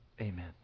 Amen